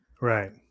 right